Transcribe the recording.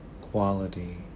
quality